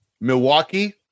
Milwaukee